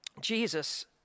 Jesus